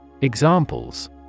Examples